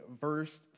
verse